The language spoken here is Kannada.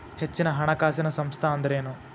ಹೆಚ್ಚಿನ ಹಣಕಾಸಿನ ಸಂಸ್ಥಾ ಅಂದ್ರೇನು?